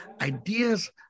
Ideas